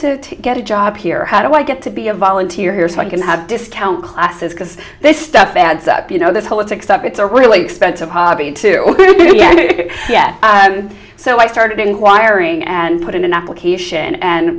to get a job here how do i get to be a volunteer here so i can have discount classes because this stuff adds up you know this whole it's except it's a really expensive hobby and yet so i started inquiring and put in an application and